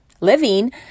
living